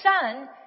Son